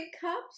cups